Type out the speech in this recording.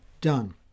done